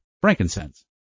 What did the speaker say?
frankincense